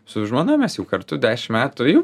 su žmona mes jau kartu dešim metų jau